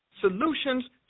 solutions